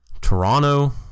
Toronto